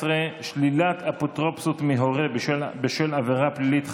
19) (שלילת אפוטרופסות מהורה בשל עבירה פלילית חמורה),